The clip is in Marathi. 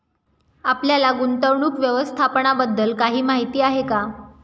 आपल्याला गुंतवणूक व्यवस्थापनाबद्दल काही माहिती आहे का?